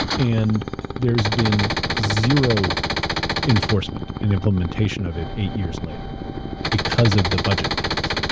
and there's been zero enforcement and implementation of it eight years later because of the budget cuts.